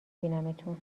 بینمتون